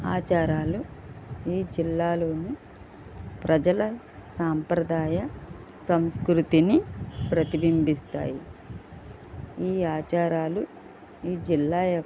ఆచారాలు ఈ జిల్లాలోని ప్రజల సాంప్రదాయ సంస్కృతిని ప్రతిబింబిస్తాయి ఈ ఆచారాలు ఈ జిల్లా యొక్క